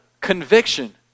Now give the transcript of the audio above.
conviction